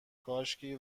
کاشکی